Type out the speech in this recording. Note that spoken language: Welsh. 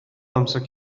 amser